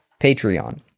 Patreon